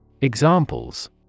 Examples